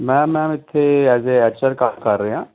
ਮੈਂ ਮੈਮ ਇੱਥੇ as a H R ਕੰਮ ਕਰ ਰਿਹਾ